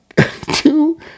two